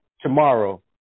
tomorrow